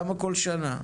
למה בכל שנה?